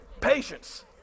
patience